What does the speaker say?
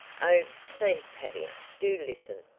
oh, please, tavia, do listen!